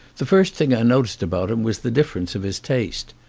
the first thing i noticed about him was the difference of his taste.